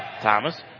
Thomas